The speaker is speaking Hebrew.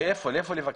איפה לבקר?